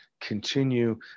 continue